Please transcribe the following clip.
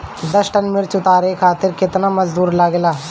दस टन मिर्च उतारे खातीर केतना मजदुर लागेला?